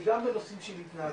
וגם בנושאים של התנהגויות.